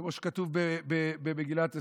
כמו שכתוב במגילת אסתר,